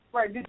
Right